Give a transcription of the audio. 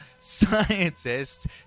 scientists